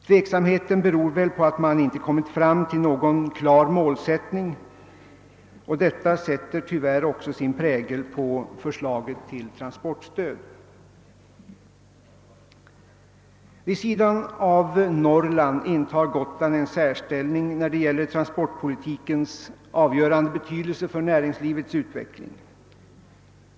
Tveksamheten beror på att man inte kommit fram till någon klar målsättning, och detta återverkar dess värre också på förslaget till transportstöd. Vid sidan av Norrland intar Gotland en särställning när det gäller transportpolitikens avgörande betydelse för näringslivets utveckling.